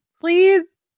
Please